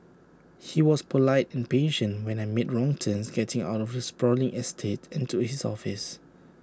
he was polite and patient when I made wrong turns getting out of the sprawling estate and to his office